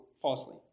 falsely